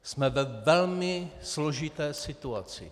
Jsme ve velmi složité situaci.